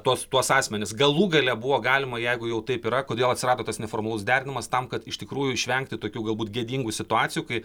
tuos tuos asmenis galų gale buvo galima jeigu jau taip yra kodėl atsirado tas neformalus derinamas tam kad iš tikrųjų išvengti tokių galbūt gėdingų situacijų kai